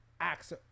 acts